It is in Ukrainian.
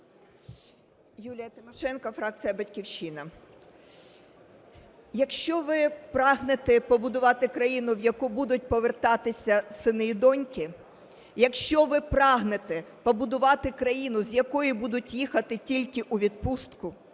Юлія Тимошенко, фракція "Батьківщина". Якщо ви прагнете побудувати країну, в яку будуть повертатися сини і доньки, якщо ви прагнете побудувати країну, з якої будуть їхати тільки у відпустку,